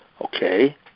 okay